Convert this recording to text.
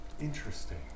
Interesting